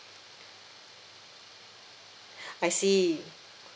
I see